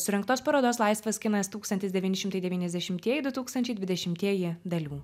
surengtos parodos laisvas kinas tūkstantis devyni šimtai devyniasdešimtieji du tūkstančiai dvidešimtieji dalių